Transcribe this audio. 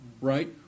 right